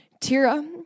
Tira